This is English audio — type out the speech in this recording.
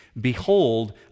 Behold